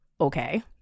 okay